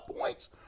points